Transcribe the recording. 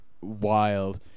wild